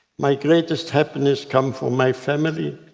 my greatest happiness comes from my family,